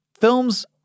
Films